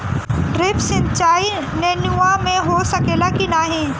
Drip सिंचाई नेनुआ में हो सकेला की नाही?